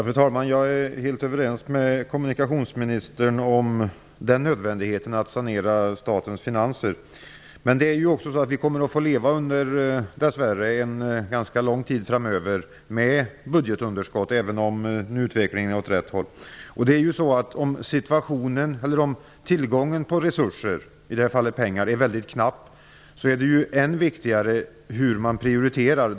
Fru talman! Jag är helt överens med kommunikationsministern om nödvändigheten av att sanera statens finanser. Men vi kommer dess värre att få leva med budgetunderskott under ganska lång tid framöver, även om utvecklingen går åt rätt håll. Om tillgången på resurser -- i det här fallet pengar -- är väldigt knapp är det ännu viktigare hur man prioriterar.